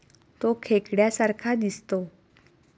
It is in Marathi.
तो खेकड्या सारखा दिसतो